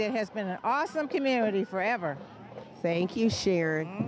there has been an awesome community forever thank you share